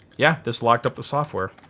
yeah this locked up the software.